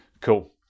cool